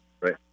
Right